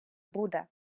буде